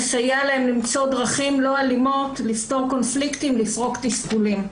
לסייע להם למצוא דרכים לא אלימות לפתור קונפליקטים ולפרוק תסכולים.